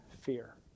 fear